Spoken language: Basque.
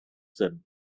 zen